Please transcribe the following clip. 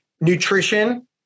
nutrition